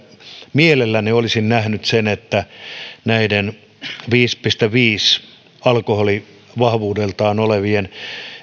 mielelläni olisin nähnyt että näiden viiteen pilkku viiteen alkoholivahvuudeltaan olevien